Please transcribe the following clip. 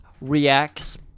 reacts